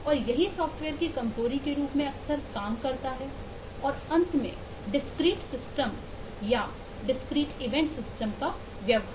और यही सॉफ्टवेयर की कमजोरी के रूप में अक्सर काम करता है और अंत में डिस्क्रीट सिस्टम का व्यवहार